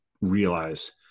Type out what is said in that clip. realize